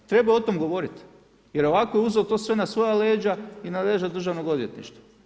Treba o tome govoriti jer ovako je uzeo to sve na svoja leđa i na leđa državnog odvjetništva.